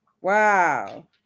Wow